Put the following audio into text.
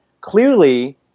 clearly